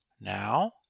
now